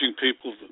people